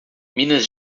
minas